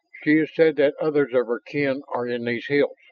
she has said that others of her kin are in these hills.